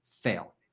fail